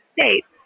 states